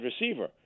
receiver